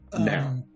Now